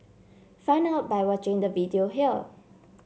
find out by watching the video here